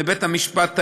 לבית-המשפט העליון,